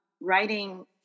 writing